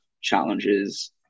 challenges